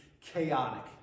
chaotic